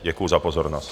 Děkuju za pozornost.